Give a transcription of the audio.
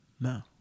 No